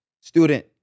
Student